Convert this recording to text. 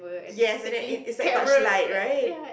yes and then it it's like torchlight right